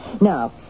Now